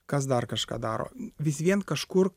kas dar kažką daro vis vien kažkur